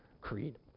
creed